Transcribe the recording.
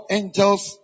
angels